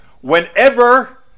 Whenever